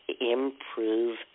improve